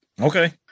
Okay